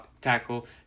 tackle